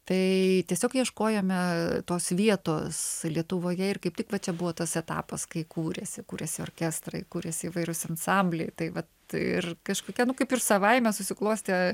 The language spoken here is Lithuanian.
tai tiesiog ieškojome tos vietos lietuvoje ir kaip tik va čia buvo tas etapas kai kūrėsi kūrėsi orkestrai kūrėsi įvairūs ansambliai tai vat ir kažkokia nu kaip ir savaime susiklostė